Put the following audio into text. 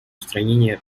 устранение